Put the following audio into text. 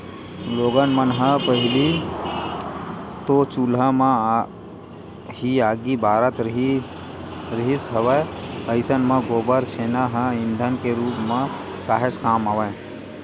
लोगन मन ह पहिली तो चूल्हा म ही आगी बारत रिहिस हवय अइसन म गोबर छेना ह ईधन के रुप म काहेच काम आवय